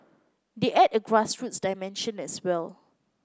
they add a grassroots dimension as well